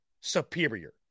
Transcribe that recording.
superior